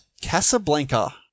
Casablanca